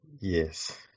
Yes